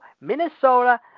Minnesota